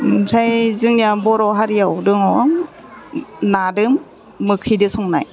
ओमफ्राय जोंनिया बर' हारियाव दङ नाजों गोखैजों संनाय